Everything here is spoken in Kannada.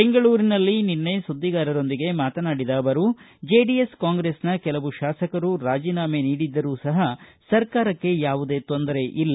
ಬೆಂಗಳೂರಿನಲ್ಲಿ ನಿನ್ನೆ ಸುದ್ದಿಗಾರರೊಂದಿಗೆ ಮಾತನಾಡಿದ ಅವರು ಜೆಡಿಎಸ್ ಕಾಂಗ್ರೆಸ್ನ ಕೆಲವು ಶಾಸಕರು ರಾಜೀನಾಮೆ ನೀಡಿದ್ದರೂ ಸಹ ಸರ್ಕಾರಕ್ಕೆ ಯಾವುದೇ ತೊಂದರೆ ಇಲ್ಲ